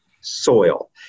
soil